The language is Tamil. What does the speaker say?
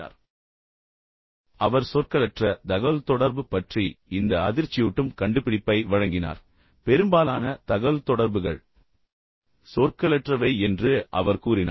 மேலும் அவர் சொற்களற்ற தகவல்தொடர்பு பற்றி இந்த அதிர்ச்சியூட்டும் கண்டுபிடிப்பை வழங்கினார் பெரும்பாலான தகவல்தொடர்புகள் சொற்களற்றவை என்று அவர் கூறினார்